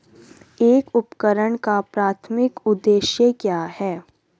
एक उपकरण का प्राथमिक उद्देश्य क्या है?